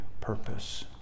purpose